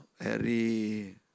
Harry